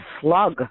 slug